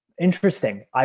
Interesting